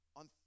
on